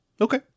Okay